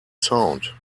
sound